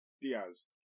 Diaz